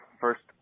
First